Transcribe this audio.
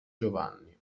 giovanni